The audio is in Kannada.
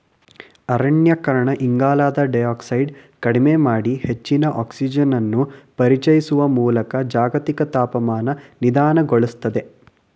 ಅರಣ್ಯೀಕರಣ ಇಂಗಾಲದ ಡೈಯಾಕ್ಸೈಡ್ ಕಡಿಮೆ ಮಾಡಿ ಹೆಚ್ಚಿನ ಆಕ್ಸಿಜನನ್ನು ಪರಿಚಯಿಸುವ ಮೂಲಕ ಜಾಗತಿಕ ತಾಪಮಾನ ನಿಧಾನಗೊಳಿಸ್ತದೆ